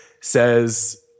says